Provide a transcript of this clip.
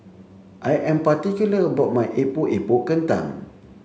I am particular about my Epok Epok Kentang